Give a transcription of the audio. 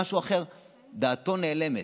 ובמשהו אחר דעתו נעלמת.